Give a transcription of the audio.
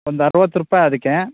ಒಂದು ಅರುವತ್ತು ರೂಪಾಯಿ ಅದಕ್ಕೆ